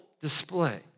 display